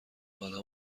آنها